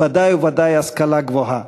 ובוודאי ובוודאי השכלה גבוהה.